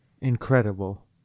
incredible